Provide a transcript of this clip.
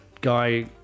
guy